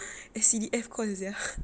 S_C_D_F call sia